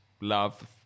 love